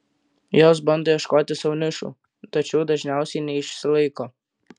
jos bando ieškoti sau nišų tačiau dažniausiai neišsilaiko